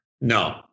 No